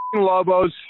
Lobos